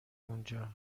اونجا